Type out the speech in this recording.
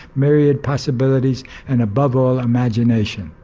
myriad possibilities and above all imagination.